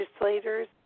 legislators